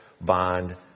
bond